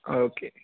okay